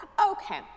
Okay